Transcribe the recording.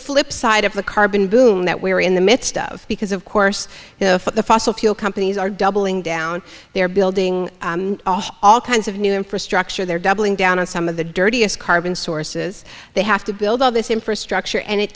flipside of the carbon boom that we're in the midst of because of course the fossil fuel companies are doubling down they're building all kinds of new infrastructure they're doubling down on some of the dirtiest carbon sources they have to build all this infrastructure and it